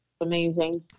Amazing